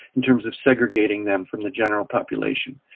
in terms of segregating them from the general population.